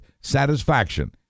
satisfaction